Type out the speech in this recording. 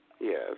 Yes